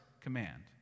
command